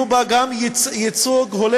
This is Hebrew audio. שיהיה בה גם ייצוג הולם,